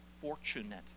fortunate